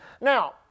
now